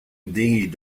ding